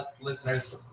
listeners